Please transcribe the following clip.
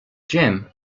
jim